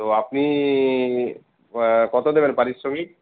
তো আপনি কত দেবেন পারিশ্রমিক